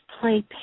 play